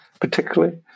particularly